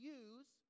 use